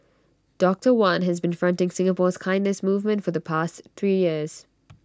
doctor wan has been fronting Singapore's kindness movement for the past three years